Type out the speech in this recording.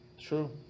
True